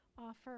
offer